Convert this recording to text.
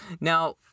Now